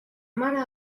mare